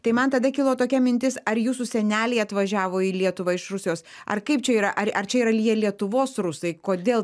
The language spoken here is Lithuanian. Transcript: tai man tada kilo tokia mintis ar jūsų seneliai atvažiavo į lietuvą iš rusijos ar kaip čia yra ar ar čia yra jie lietuvos rusai kodėl